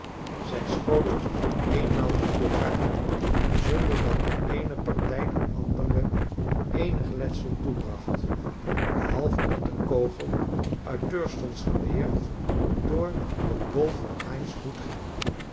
zij schoten eenmaal op elkaar zonder dat de eene party de andere eenig letsel toebracht behalve dat de kogel uit thurston's geweer door den bol van bine's hoed ging